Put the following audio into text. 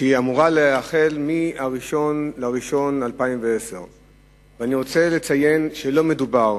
שאמורה לחול מ-1 בינואר 2010. אני רוצה לציין שלא מדובר